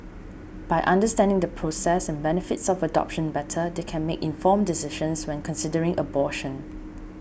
by understanding the process and benefits of adoption better they can make informed decisions when considering abortion